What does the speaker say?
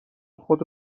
خود